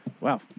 Wow